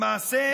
למעשה,